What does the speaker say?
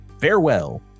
Farewell